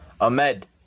ahmed